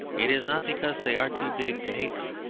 it is not because they are too big to hate them,